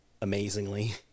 amazingly